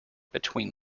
between